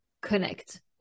connect